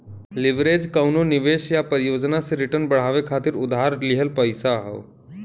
leverage कउनो निवेश या परियोजना से रिटर्न बढ़ावे खातिर उधार लिहल पइसा हौ